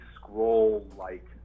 scroll-like